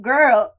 Girl